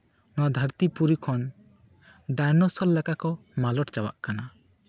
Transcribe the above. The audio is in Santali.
ᱱᱚᱣᱟ ᱫᱷᱟ ᱨᱛᱤ ᱯᱩᱨᱤ ᱠᱷᱚᱱ ᱰᱟᱭᱱᱮᱥᱚᱨ ᱞᱮᱠᱟ ᱠᱚ ᱢᱟᱞᱚᱴ ᱪᱟᱵᱟᱜ ᱠᱟᱱᱟ